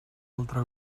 altre